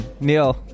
neil